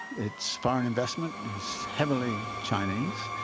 its foreign investment is heavily chinese.